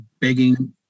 begging